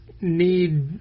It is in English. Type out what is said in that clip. need